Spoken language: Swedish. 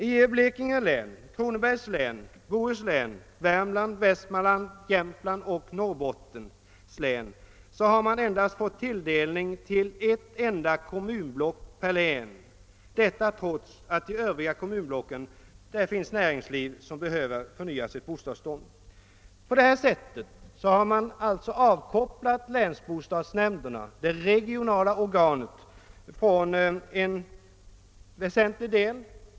I Blekinge, Kronobergs, Göteborgs och Bohus, Värmlands, Västmanlands, Jämtlands och Norrbottens län har man endast fått tilldelning till ett enda kommunblock, detta trots att det i de övriga kommunblocken finns ett näringsliv som behöver förnya sitt bostadsbestånd. På detta sätt har man alltså avkopplat länsbostadsnämnderna, det regionala organet, från en väsentlig del.